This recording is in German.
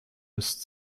ist